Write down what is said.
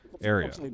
area